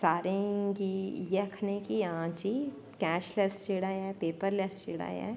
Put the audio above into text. सारें गी इयै आखने हां जी कैश लैस्स जेह्ड़ा ऐ पेपर लैस्स जेह्ड़ा ऐ